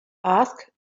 asked